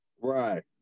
Right